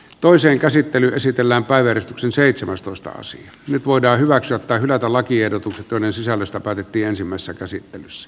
toisen käsittelyn esitellään päiväretki seitsemästoista sija nyt voidaan hyväksyä tai hylätä lakiehdotukset joiden sisällöstä päätettiin ensimmäisessä käsittelyssä